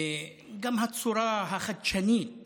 גם הצורה החדשנית